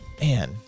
Man